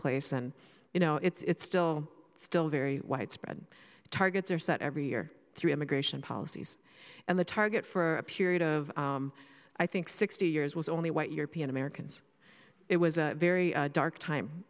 place and you know it's still still very widespread targets are set every year through immigration policies and the target for a period of i think sixty years was only white european americans it was a very dark time